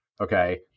okay